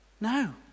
No